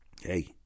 Hey